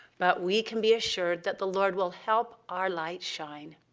but we can be assured that the lord will help our light shine.